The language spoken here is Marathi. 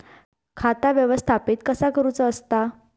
खाता व्यवस्थापित कसा करुचा असता?